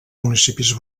municipis